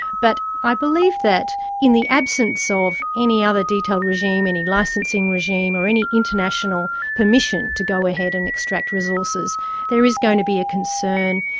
but i believe that in the absence so of any other detailed regime, any licensing regime or any international permission to go ahead and extract resources there is going to be a concern,